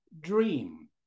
dream